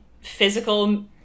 physical